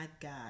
god